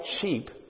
cheap